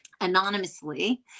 anonymously